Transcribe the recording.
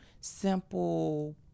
simple